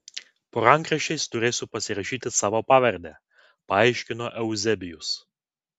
po rankraščiais turėsiu pasirašyti savo pavardę paaiškino euzebijus